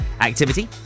activity